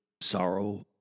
sorrow